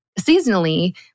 seasonally